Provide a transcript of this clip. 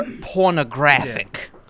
pornographic